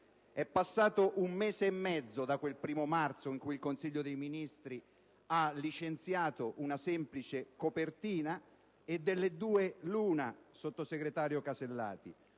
È passato un mese da quel 1° marzo in cui il Consiglio dei ministri ha licenziato una semplice copertina, e delle due l'una, sottosegretario Alberti